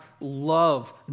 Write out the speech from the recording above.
love